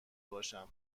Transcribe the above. باشم